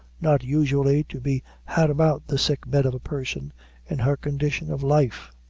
not usually to be had about the sick bed of a person in her condition of life.